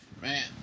man